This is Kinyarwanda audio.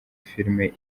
filimi